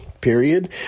period